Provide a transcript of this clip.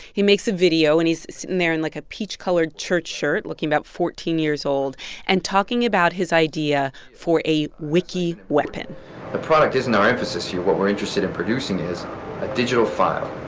he makes a video. and he's sitting there in, like, a peach-colored church shirt, looking about fourteen years old and talking about his idea a wiki weapon the product isn't our emphasis here. what we're interested in producing is a digital file,